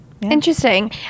interesting